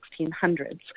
1600s